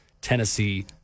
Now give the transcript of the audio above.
Tennessee